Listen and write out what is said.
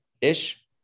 Ish